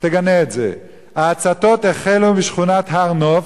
תגנה את זה: ההצתות החלו משכונת הר-נוף.